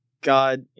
God